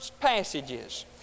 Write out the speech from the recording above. passages